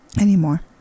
anymore